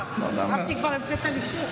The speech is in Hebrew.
חשבתי שכבר המצאת לי שם.